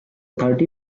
thirty